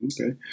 Okay